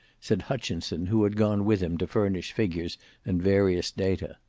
said hutchinson, who had gone with him to furnish figures and various data.